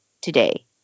today